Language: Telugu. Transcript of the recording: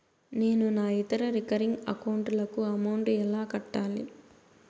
నేను నా ఇతర రికరింగ్ అకౌంట్ లకు అమౌంట్ ఎలా కట్టాలి?